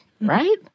right